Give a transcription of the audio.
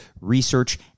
research